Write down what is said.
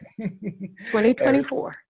2024